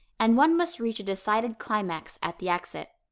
and one must reach a decided climax at the exit.